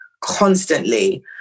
constantly